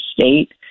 state